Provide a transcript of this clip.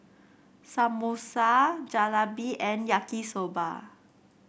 Samosa Jalebi and Yaki Soba